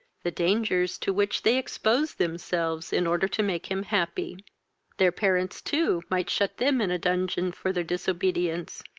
the dangers to which they exposed themselves in order to make him happy their parents, too, might shut them in a dungeon for their disobedience.